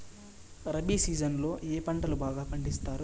rabi season లో ఏ పంటలు బాగా పండిస్తారు